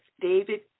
David